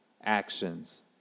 actions